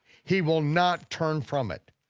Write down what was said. he will not turn from it.